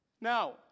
Now